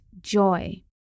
joy